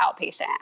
outpatient